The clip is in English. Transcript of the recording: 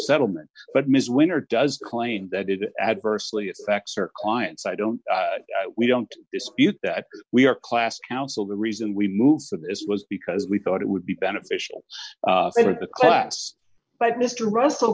settlement but ms winter does claim that it adversely affects or clients i don't we don't dispute that we are class counsel the reason we moved so this was because we thought it would be beneficial for the class but mr russell